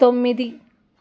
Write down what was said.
తొమ్మిది